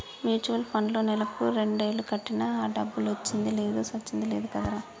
mutual పండ్లో నెలకు రెండేలు కట్టినా ఆ డబ్బులొచ్చింది లేదు సచ్చింది లేదు కదరా